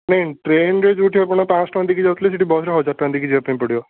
ନାଇଁ ଟ୍ରେନରେ ଯେଉଁଠି ଆପଣ ପାଞ୍ଚଶହ ଟଙ୍କା ଦେଇକି ଯାଉଥିଲେ ସେଇଠି ବସରେ ହଜାର ଟଙ୍କା ଦେଇକି ଯିବାପାଇଁ ପଡ଼ିବ